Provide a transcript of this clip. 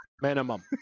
Minimum